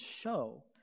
show